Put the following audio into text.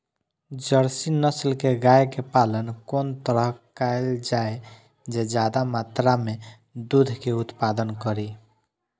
Jersey नस्ल के गाय के पालन कोन तरह कायल जाय जे ज्यादा मात्रा में दूध के उत्पादन करी?